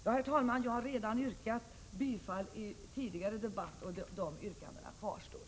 Jag har redan, herr talman, framfört yrkanden i den tidigare debatten, och de yrkandena kvarstår.